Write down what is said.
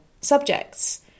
subjects